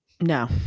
No